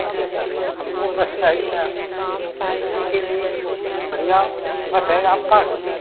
अच्छा अच्छा हमको बस चाहिए बुकिंग के लिए बढ़िया बस है आपके पास